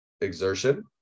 exertion